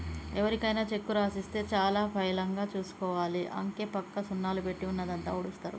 ఎవరికైనా చెక్కు రాసిస్తే చాలా పైలంగా చూసుకోవాలి, అంకెపక్క సున్నాలు పెట్టి ఉన్నదంతా ఊడుస్తరు